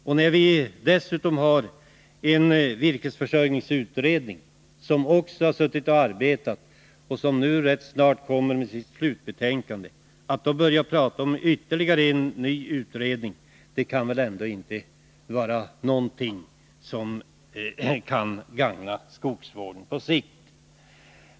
Vi har dessutom en virkesförsörjningsutredning, som också har arbetat och som nu rätt snart kommer med sitt slutbetänkande. Att då börja tala om ytterligare en utredning kan väl inte vara någonting som gagnar skogsvården på sikt.